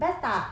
best tak